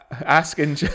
asking